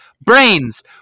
brains